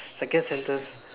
second sentence